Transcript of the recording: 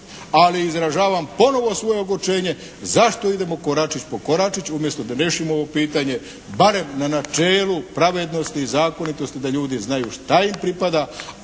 i izražavam ponovo svoje ogorčenje zašto idemo koračić po koračić umjesto da riješimo ovo pitanje barem na načelu pravednosti i zakonitosti da ljudi znaju šta im pripada,